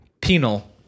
penal